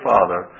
Father